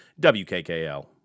WKKL